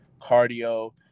cardio